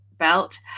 belt